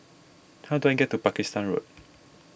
how do I get to Pakistan Road